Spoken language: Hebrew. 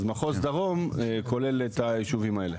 אז מחוז דרום כולל את היישובים האלה.